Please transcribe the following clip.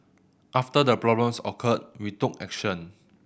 after the problems occurred we took action